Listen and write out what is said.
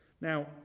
Now